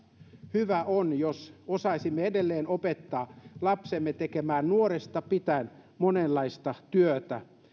hyvä on jos osaisimme edelleen opettaa lapsemme tekemään nuoresta pitäen monenlaista työtä